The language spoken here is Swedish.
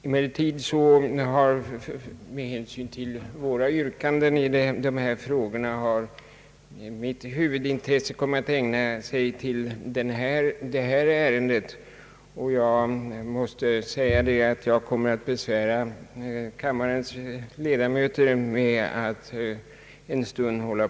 Emellertid har med hänsyn till de yrkanden som ställts från vårt håll mitt huvudintresse kommit att ägnas åt det förevarande ärendet, och jag måste tyvärr besvära kammarens ledamöter med ett längre anförande.